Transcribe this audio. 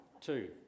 Two